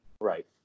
Right